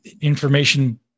information